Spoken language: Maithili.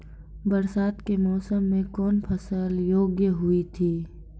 बरसात के मौसम मे कौन फसल योग्य हुई थी?